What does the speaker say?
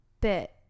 bit